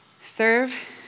serve